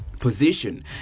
position